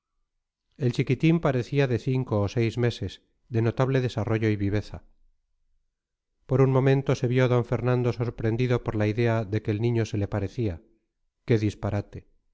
el chiquitín parecía de cinco o seis meses de notable desarrollo y viveza por un momento se vio d fernando sorprendido por la idea de que el niño se le parecía qué disparate